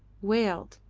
wailed,